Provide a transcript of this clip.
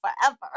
forever